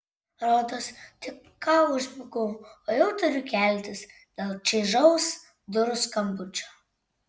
rodos tik ką užmigau o jau turiu keltis dėl čaižaus durų skambučio